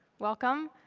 welcome.